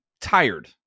tired